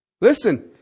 Listen